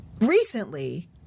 recently